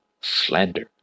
slander